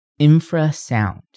infrasound